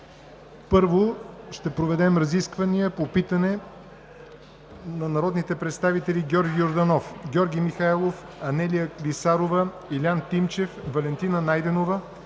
Първо ще проведем разисквания по питане на народните представители Георги Йорданов, Георги Михайлов, Анелия Клисарова, Илиян Тимчев, Валентина Найденова,